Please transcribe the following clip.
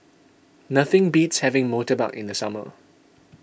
nothing beats having Murtabak in the summer